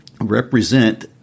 represent